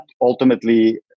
ultimately